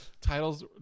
Titles